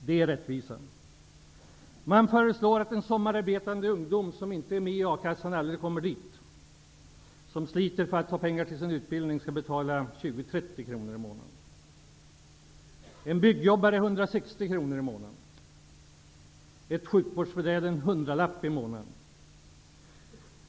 Man föreslår att en ung människa som sommararbetar, som inte är med i a-kassan och aldrig kommer dit, som sliter för att få pengar till sin utbildning, skall betala 30 kr i månaden. En byggjobbare skall betala 160 kr, och ett sjukvårdsbiträde skall betala 100 kr i månaden.